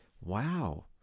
wow